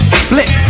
split